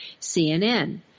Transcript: CNN